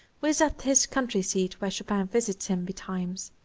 who is at his country seat where chopin visits him betimes.